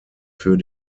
für